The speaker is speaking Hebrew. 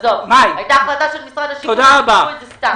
הייתה החלטה של משרד הבינוי והשיכון ועיכבו את זה סתם.